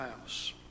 house